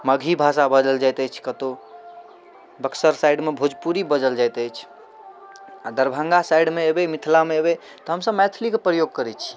मगही भाषा बजल जाइत अछि कतौ बक्सर साइडमे भोजपुरी बजल जाइत अछि आ दरभङ्गा साइड मे अयबै मिथिलामे अयबै तऽ हमसब मैथिलीके प्रयोग करै छी